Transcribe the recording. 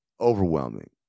overwhelming